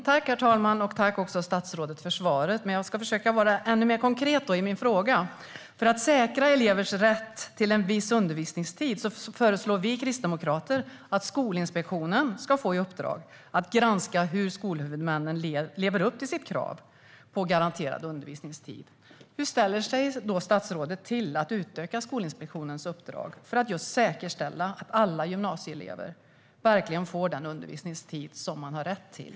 Herr talman! Tack, statsrådet, för svaret! Jag ska försöka vara ännu mer konkret i min fråga. För att säkra elevers rätt till en viss undervisningstid föreslår vi kristdemokrater att Skolinspektionen ska få i uppdrag att granska hur skolhuvudmännen lever upp till kravet på garanterad undervisningstid. Hur ställer sig statsrådet till att utöka Skolinspektionens uppdrag, just för att säkerställa att alla gymnasieelever verkligen får den undervisningstid som de har rätt till?